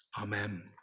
Amen